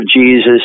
Jesus